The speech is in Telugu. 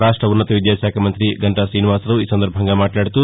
రాష్ట్ల ఉన్నత విద్యాశాఖా మంతి గంటా శ్రీనివాసరావు ఈ సందర్బంగా మాట్లాడుతూ